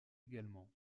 également